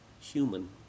human